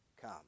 come